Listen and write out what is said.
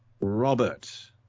robert